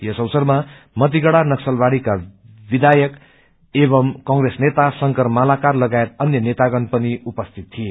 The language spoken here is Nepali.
यस अवसरमा मतिगाड़ा नक्सलबाड़ीका विधायक एवम् कंग्रेस नेता शंकर मालाकर लगायत अन्य नेतागण पनि उपस्थित थिए